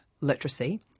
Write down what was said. literacy –